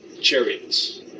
chariots